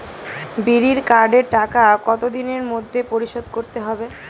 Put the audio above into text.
বিড়ির কার্ডের টাকা কত দিনের মধ্যে পরিশোধ করতে হবে?